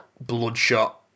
bloodshot